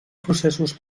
processos